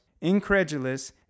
Incredulous